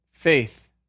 Faith